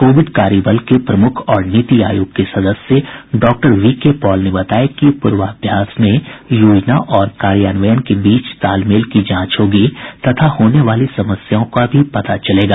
Covid कार्यबल के प्रमुख और नीति आयोग के सदस्य डॉ वीके पॉल ने बताया कि पूर्वाभ्यास में योजना और कार्यान्वयन के बीच तालमेल की जांच होगी तथा होने वाली समस्याओं का भी पता चलेगा